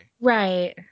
Right